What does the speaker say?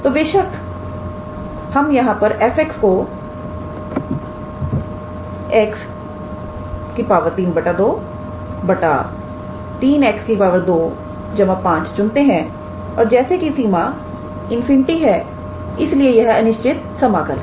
तो बेशक हम यहां पर f को 𝑥 3 2 3𝑥 25 चुनते हैं और जैसे कि सीमा ∞ है इसीलिए यह अनिश्चित समाकल है